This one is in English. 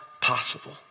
possible